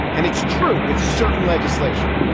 and it's true with certain legislation.